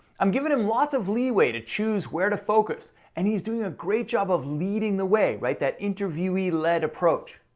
i'm giving him lots of leeway to choose where to focus. and he's doing a great job of leading the way, right that interviewee led approach.